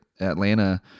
Atlanta